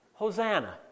Hosanna